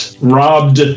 robbed